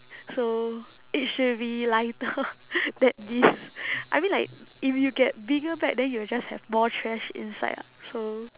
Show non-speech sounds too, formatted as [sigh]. so it should be lighter [noise] than this [noise] I mean like if you get bigger bag then you will just have more trash inside [what] so